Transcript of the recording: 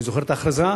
אני זוכר את ההכרזה,